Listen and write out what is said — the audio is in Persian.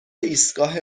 ایستگاه